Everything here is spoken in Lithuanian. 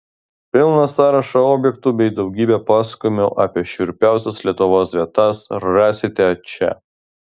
pilną sąrašą objektų bei daugybę pasakojimų apie šiurpiausias lietuvos vietas rasite čia